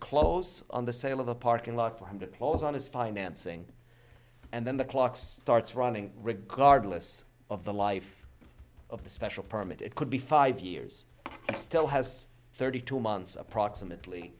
close on the sale of the parking lot four hundred dollars on his financing and then the clock starts running regardless of the life of the special permit it could be five years it still has thirty two months of approximately